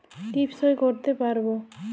টিপ সই করতে পারবো?